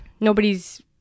nobody's